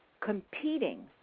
competing